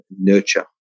nurture